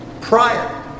prior